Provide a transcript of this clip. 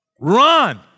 Run